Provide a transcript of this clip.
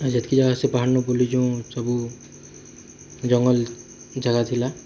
ଆଉ ଯେତିକି ଜାଗା ସେ ପାହାଡ଼୍ନୁ ବୁଲିଛୁ ସବୁ ଜଙ୍ଗଲ୍ ଜାଗା ଥିଲା